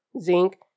zinc